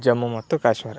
ಜಮ್ಮು ಮತ್ತು ಕಾಶ್ಮೀರ